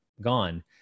gone